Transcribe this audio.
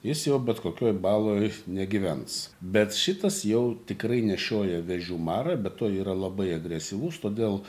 jis jau bet kokioj baloj negyvens bet šitas jau tikrai nešioja vėžių marą be to yra labai agresyvus todėl